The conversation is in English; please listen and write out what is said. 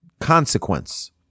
consequence